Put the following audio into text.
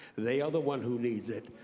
they are the one who needs it,